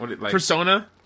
Persona